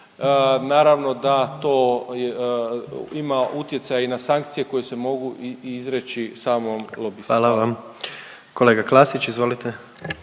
Naravno da to ima utjecaj i na sankcije koje se mogu i izreći samom lobistu. Hvala. **Jandroković, Gordan